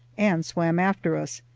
and swam after us,